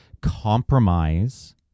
Compromise